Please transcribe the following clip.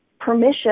permission